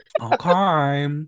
Okay